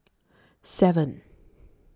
seven